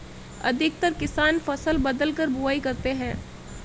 अधिकतर किसान फसल बदलकर बुवाई करते है